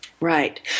Right